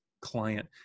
client